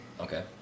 Okay